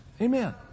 Amen